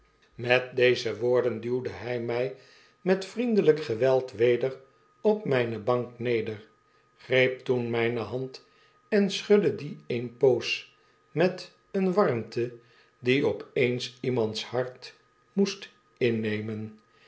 met deze woorden duwde hy my met vriendelyk geweld weder op myne bank neder greep toen myne hand en schudde he eene poos met eene warmte die op eens iemands hart moest innemen